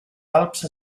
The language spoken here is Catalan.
alps